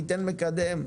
ניתן מקדם.